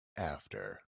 after